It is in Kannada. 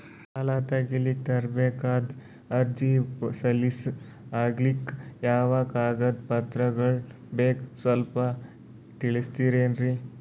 ಸಾಲ ತೆಗಿಲಿಕ್ಕ ತರಬೇಕಾದ ಅರ್ಜಿ ಸಲೀಸ್ ಆಗ್ಲಿಕ್ಕಿ ಯಾವ ಕಾಗದ ಪತ್ರಗಳು ಬೇಕು ಸ್ವಲ್ಪ ತಿಳಿಸತಿರೆನ್ರಿ?